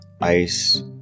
ice